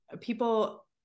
People